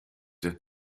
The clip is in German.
der